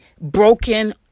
broken